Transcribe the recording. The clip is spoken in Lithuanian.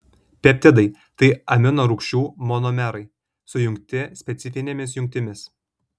peptidai tai amino rūgčių monomerai sujungti specifinėmis jungtimis